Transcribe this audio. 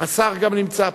השר גם נמצא פה.